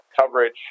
coverage